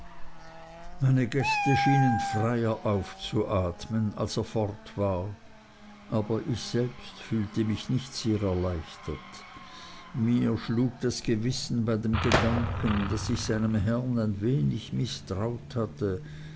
meine gäste schienen freier aufzuatmen als er fort war aber ich selbst fühlte mich nicht sehr erleichtert mir schlug das gewissen bei dem gedanken daß ich seinem herrn ein wenig mißtraut hatte